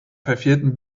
verfehlten